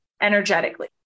energetically